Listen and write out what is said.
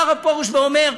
בא הרב פרוש ואומר: